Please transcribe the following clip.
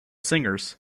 singers